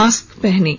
mask पहनें